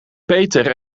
peter